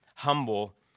humble